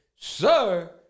Sir